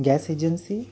gas agency